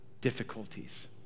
difficulties